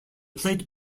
plate